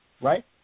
right